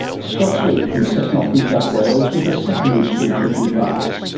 scott sleap from cessnock new south wales with the secondary school teaching prize,